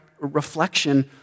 reflection